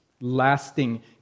Lasting